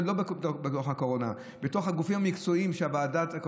זה לא בתוך הקורונה אלא בתוך הגופים המקצועיים שקבינט